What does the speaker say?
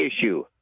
issue